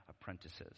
apprentices